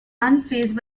unfazed